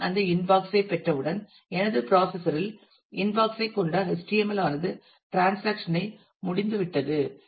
நான் அந்த இன்பாக்ஸைப் பெற்றவுடன் எனது ப்ரௌஸ்சர் இல் இன்பாக்ஸைக் கொண்ட HTML ஆனது டிரன்சாக்சன் ஐ முடிந்துவிட்டது